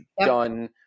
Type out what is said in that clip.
done